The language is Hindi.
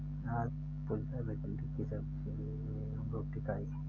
आज पुजा भिंडी की सब्जी एवं रोटी खाई